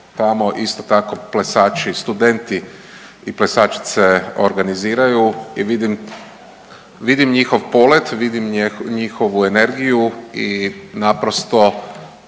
tamo isto tako plesači studenti i plesačice organiziraju i vidim, vidim njihov polet, vidim njihovu energiju i naprosto